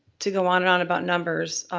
to go on and on about numbers,